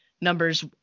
numbers